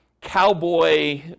cowboy